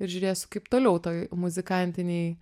ir žiūrėsiu kaip toliau toj muzikantinėj